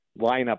lineup